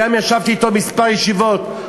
וישבתי אתו כמה ישיבות,